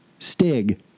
Stig